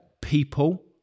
people